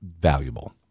valuable